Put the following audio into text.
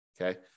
Okay